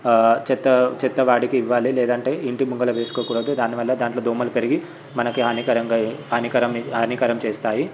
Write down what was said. చెత్త చెత్త వాడికి ఇవ్వాలి లేదంటే ఇంటి ముంగల వేసుకోకూడదు దానివల్ల దాంట్లో దోమలు పెరిగి మనకి హానికరంగా హానికరంని హానికరం చేస్తాయి